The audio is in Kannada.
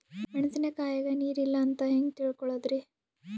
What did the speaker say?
ಮೆಣಸಿನಕಾಯಗ ನೀರ್ ಇಲ್ಲ ಅಂತ ಹೆಂಗ್ ತಿಳಕೋಳದರಿ?